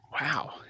Wow